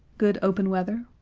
good open weather,